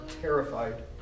terrified